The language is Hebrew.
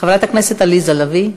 חברת הכנסת עליזה לביא.